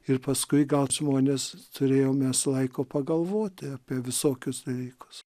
ir paskui gaut žmones turėjom mes laiko pagalvoti apie visokius dalykus